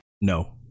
No